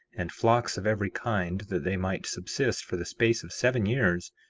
and flocks of every kind, that they might subsist for the space of seven years,